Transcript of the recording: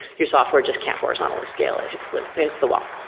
your software just can't horizontally scale. it hits limits. it hits the wall.